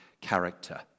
character